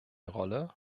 rolle